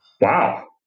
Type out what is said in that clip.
Wow